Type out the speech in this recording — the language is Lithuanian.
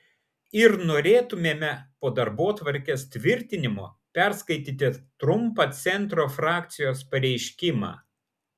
ir norėtumėme po darbotvarkės tvirtinimo perskaityti trumpą centro frakcijos pareiškimą